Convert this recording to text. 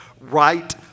right